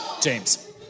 James